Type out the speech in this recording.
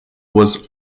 was